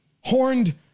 horned